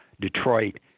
Detroit